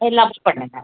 எல்லாமே பண்ணிரலாம்